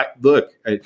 look